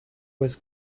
was